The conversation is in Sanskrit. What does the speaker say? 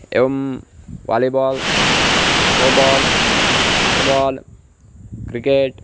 एवं वालिबाल् थ्रोबाल् फुट्बाल् क्रिकेट्